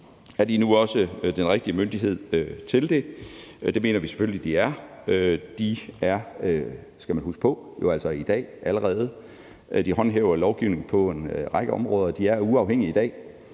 nu også er den rigtige myndighed til det. Det mener vi selvfølgelig den er. Det er dem – skal man huske på – som jo allerede i dag håndhæver lovgivningen på en række områder, og de er uafhængige.